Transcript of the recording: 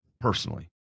personally